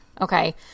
Okay